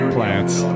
Plants